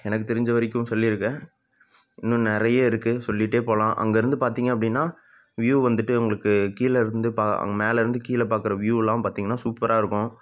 எனக்குத் தெரிஞ்சவரைக்கும் சொல்லியிருக்கேன் இன்னும் நிறைய இருக்குது சொல்லிகிட்டே போகலாம் அங்கிருந்து பார்த்தீங்க அப்படின்னா வியூ வந்துட்டு உங்களுக்கு கீழே இருந்து பா மேலே இருந்து கீழே பார்க்குற வியூயெல்லாம் பார்த்தீங்கன்னா சூப்பராக இருக்கும்